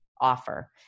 Offer